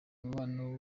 umubano